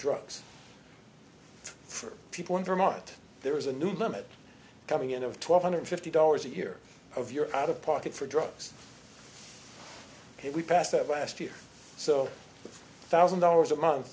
drugs for people in vermont there is a new limit coming in of twelve hundred fifty dollars a year of your out of pocket for drugs we passed out last year so thousand dollars a month